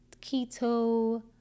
keto